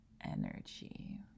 energy